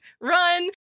run